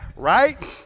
Right